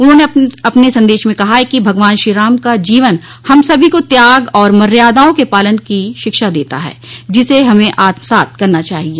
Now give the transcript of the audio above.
उन्होंने अपने संदश में कहा है कि भगवान श्रीराम का जीवन हम सभी को त्याग और मर्यादाओं के पालन की शिक्षा देता है जिसे हमें आत्मसात करना चाहिए